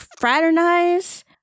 fraternize